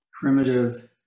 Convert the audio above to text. primitive